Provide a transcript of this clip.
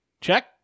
Check